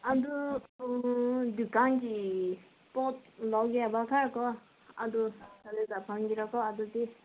ꯑꯗꯨ ꯗꯨꯀꯥꯟꯒꯤ ꯄꯣꯠ ꯂꯧꯒꯦꯕ ꯈꯔꯀꯣ ꯑꯗꯨ ꯀꯗꯥꯏꯗ ꯐꯪꯒꯦꯔꯥꯀꯣ ꯑꯗꯨꯗꯤ